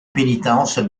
pénitence